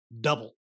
double